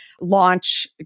launch